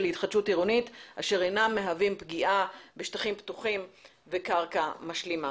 התחדשות עירונית אשר אינם מהווים פגיעה בשטחים פתוחים וקרקע משלימה.